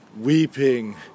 weeping